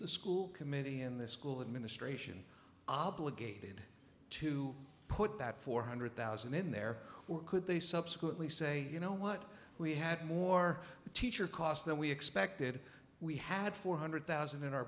the school committee in the school administration obligated to put that four hundred thousand in there were could they subsequently say you know what we had more teacher cost than we expected we had four hundred thousand in our